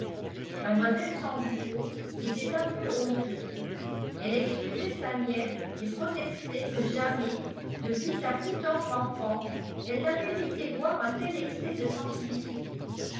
mlle sambucco était un peu honteuse elle excusait sa nièce et protestait que jamais depuis sa plus tendre enfance elle n'avait laissé voir un tel excès de sensibilité